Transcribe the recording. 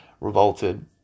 revolted